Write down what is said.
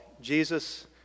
Jesus